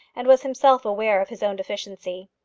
and was himself aware of his own deficiency.